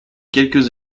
quelques